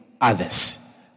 others